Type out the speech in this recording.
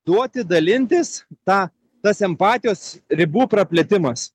duoti dalintis tą tas empatijos ribų praplėtimas